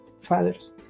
Fathers